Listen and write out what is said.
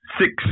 six